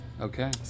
Okay